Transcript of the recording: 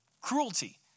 cruelty